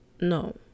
no